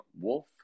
Wolf